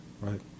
right